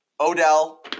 Odell